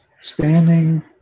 standing